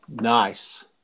Nice